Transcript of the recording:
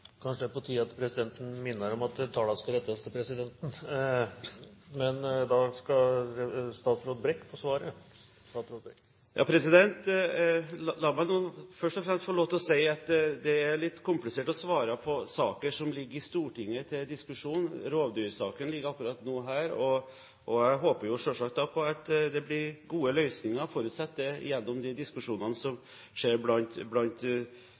Kanskje det er på tide at presidenten minner om at all tale skal rettes til presidenten. Da skal statsråd Brekk få svare. La meg først og fremst få lov til å si at det er litt komplisert å svare på saker som ligger til diskusjon i Stortinget. Rovdyrsaken ligger her akkurat nå, og jeg håper jo selvsagt at det blir gode løsninger – jeg forutsetter det – gjennom de diskusjonene som skjer blant